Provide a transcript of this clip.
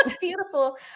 beautiful